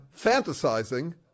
fantasizing